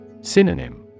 Synonym